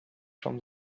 from